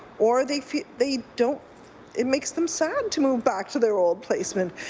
or they they don't it makes them sad to move back to their old placement.